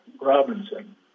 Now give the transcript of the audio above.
Robinson